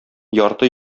ярты